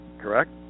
Correct